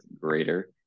greater